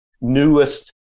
newest